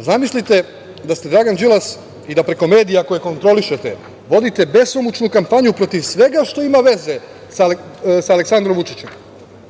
Zamislite da ste Dragan Đilas i da preko medija koje kontrolišete, vodite besomučnu kampanju protiv svega što ima veze sa Aleksandrom Vučićem,